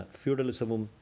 feudalismum